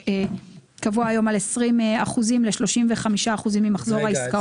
שקבוע היום על 20 אחוזים ל-35 אחוזים ממחזור העסקאות.